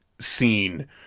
scene